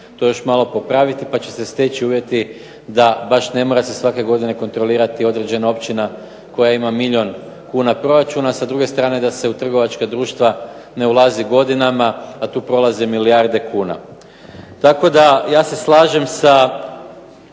to još malo popraviti pa će se steći uvjeti da baš ne mora se svake godine kontrolirati određena općina koja ima milijun kuna proračuna a sa druge strane da se u trgovačka društva ne ulazi godinama a tu prolaze milijarde kuna. Tako da ja se slažem sa